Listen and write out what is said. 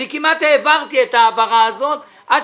אני כמעט העברתי את ההעברה הזאת עד